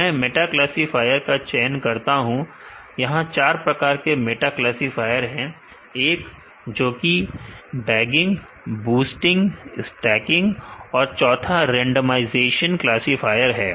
मैं meta classifier का चयन करता हूं यहां चार प्रकार के मेटा क्लासीफायर हैं एक जोकि बैगिंग बूस्टिंग स्टैकिंग और चौथा रेंडमइजेशन क्लासीफायर है